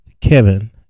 Kevin